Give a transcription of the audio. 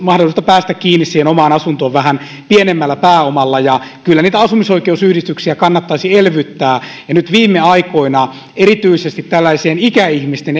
päästä kiinni siihen omaan asuntoon vähän pienemmällä pääomalla kyllä niitä asumisoikeusyhdistyksiä kannattaisi elvyttää nyt viime aikoina erityisesti tällaiseen ikäihmisten